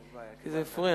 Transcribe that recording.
כי זה הפריע.